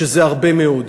שזה הרבה מאוד.